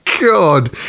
god